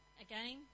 Again